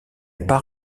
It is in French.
pas